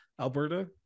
alberta